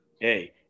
hey